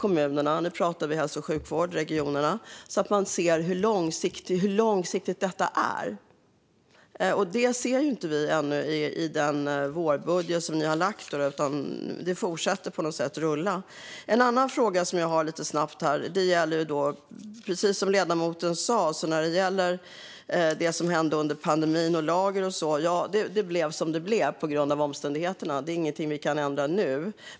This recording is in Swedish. Men vi ser inget av det i regeringens budget, utan det fortsätter rulla. Precis som ledamoten sa blev det som det blev med lagren under pandemin. Det berodde på omständigheterna, och det kan vi inte ändra på nu.